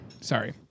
sorry